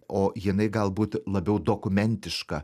o jinai galbūt labiau dokumentiška